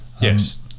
Yes